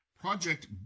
Project